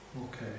okay